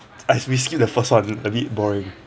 !hais! we skip the first [one] a bit boring